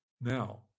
Now